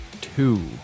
two